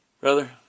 brother